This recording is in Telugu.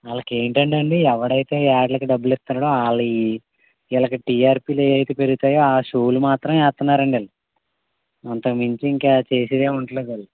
వాళ్ళకేంటండి ఎవవడైతే యాడ్లకి డబ్బులిస్తన్నాడో వాళ్ళవి వీళ్ళకి టీఆర్పీ ఏవయితే పెరుగుతాయో షోలు మాత్రం వేస్తూన్నారండి వీళ్ళు అంతకుమించి ఇంక చేసేదేమి ఉంటల్లేదు వాళ్ళు